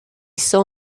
saw